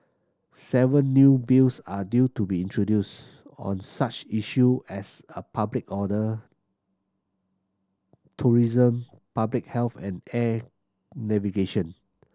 seven new Bills are due to be introduced on such issue as a public order tourism public health and air navigation